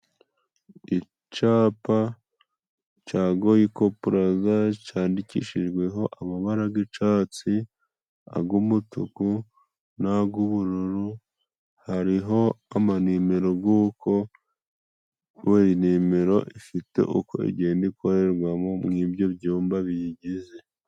Icapa ca Goyiko Pulaza candikishijweho amabara g'icatsi, ag' umutuku, n'ag'ubururu, hariho amanimero guko buri nimero ifite uko igenda ikorerwamo nk'ibyo byumba biyigize.